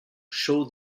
show